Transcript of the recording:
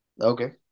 Okay